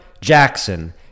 Jackson